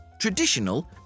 Traditional